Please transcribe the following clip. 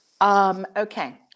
Okay